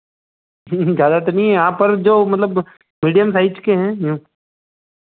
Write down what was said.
ज़्यादा तो नहीं है यहाँ पर जो मतलब मीडियम साइज़ के हैं